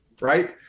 Right